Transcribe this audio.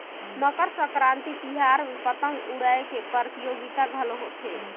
मकर संकरांति तिहार में पतंग उड़ाए के परतियोगिता घलो होथे